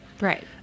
Right